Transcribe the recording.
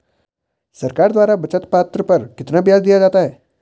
सरकार द्वारा बचत पत्र पर कितना ब्याज दिया जाता है?